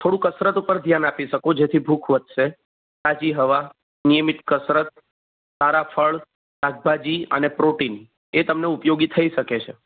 થોડું કસરત ઉપર ધ્યાન આપી શકો છો જેથી ભૂખ વધશે તાજી હવા નિયમિત કસરત સારા ફળ શાકભાજી અને પ્રોટીન એ તમને ઉપયોગી થઈ શકે છે